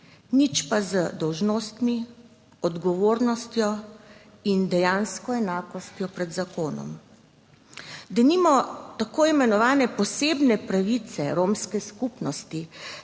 nič pa z dolžnostmi, odgovornostjo in dejansko enakostjo pred zakonom. Denimo tako imenovane posebne pravice romske skupnosti